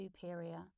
superior